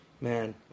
man